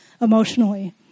emotionally